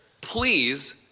please